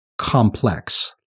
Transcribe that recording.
complex